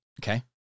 Okay